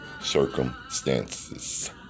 circumstances